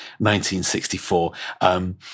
1964